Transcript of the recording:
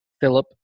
Philip